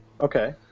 Okay